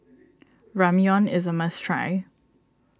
Ramyeon is a must try